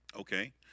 Okay